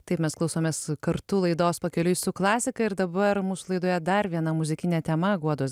taip mes klausomės kartu laidos pakeliui su klasika ir dabar mūsų laidoje dar viena muzikinė tema guodos